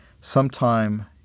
sometime